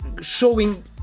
showing